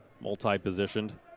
Multi-positioned